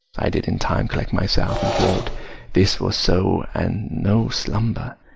i did in time collect myself and thought this was so, and no slumber.